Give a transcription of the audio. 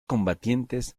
combatientes